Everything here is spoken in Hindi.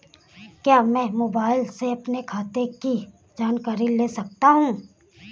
क्या मैं मोबाइल से अपने खाते की जानकारी ले सकता हूँ?